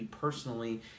personally